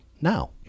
now